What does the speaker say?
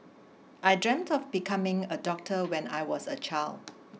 I dreamt of becoming a doctor when I was a child